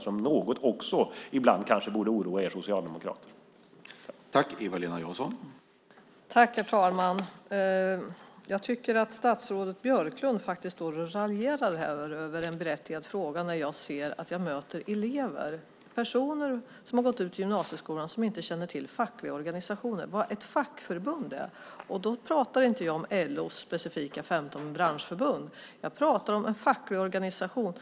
Det borde kanske också ibland oroa er socialdemokrater något.